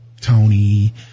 Tony